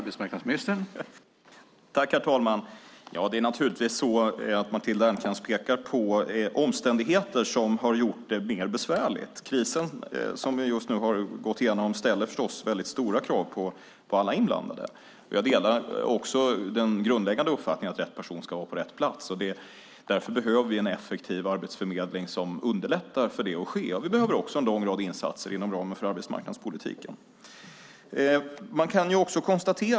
Herr talman! Det är naturligtvis så att Matilda Ernkrans pekar på omständigheter som har gjort det mer besvärligt. Den kris som vi nu har gått igenom ställer förstås väldigt stora krav på alla inblandade. Jag delar också den grundläggande uppfattningen att rätt person ska vara på rätt plats. Därför behöver vi en effektiv arbetsförmedling som underlättar för att det sker. Vi behöver också en lång rad insatser inom ramen för arbetsmarknadspolitiken.